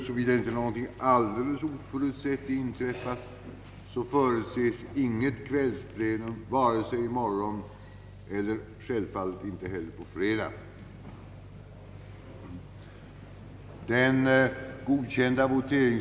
Såvida ingenting oförutsett inträffar erfordras ej heller kvällsplenum vare sig i morgon eller på fredag.